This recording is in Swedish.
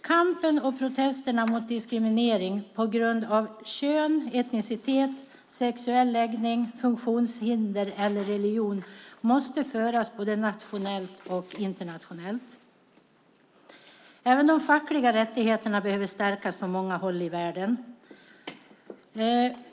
Kampen och protesterna mot diskriminering på grund av kön, etnicitet, sexuell läggning, funktionshinder eller religion måste föras både nationellt och internationellt. Även de fackliga rättigheterna behöver stärkas på många håll i världen.